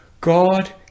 God